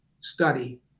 study